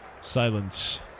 silence